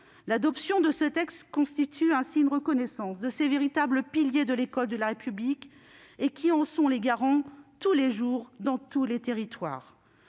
L'adoption de ce texte constitue ainsi une reconnaissance de ces véritables piliers de l'école de la République, qui en sont les garants, tous les jours, dans tous les territoires.